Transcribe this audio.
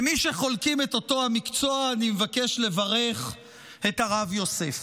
כמי שחולקים את אותו המקצוע אני מבקש לברך את הרב יוסף.